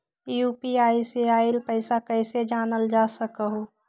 UPI से आईल पैसा कईसे जानल जा सकहु?